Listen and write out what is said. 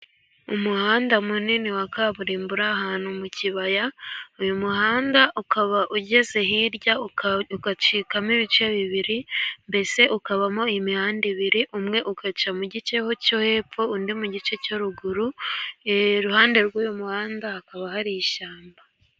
Umuhanda munini wa kaburimbo uri ahantu mu kibaya , uyu muhanda ukaba ugeze hirya ugacikamo ibice bibiri , mbese ukabamo imihanda ibiri, umwe ugaca mu gice cyo hepfo undi mu gice cyo ruguru .Iruhande rw'uyu muhanda hakaba hari ishyamba.